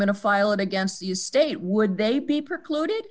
to file it against the state would they be precluded